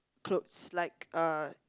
clothes like uh